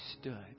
stood